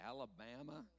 Alabama